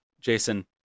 Jason